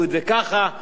תקבלו אותם,